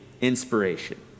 inspiration